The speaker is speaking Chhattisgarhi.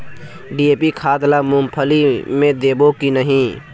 डी.ए.पी खाद ला मुंगफली मे देबो की नहीं?